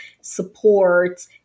support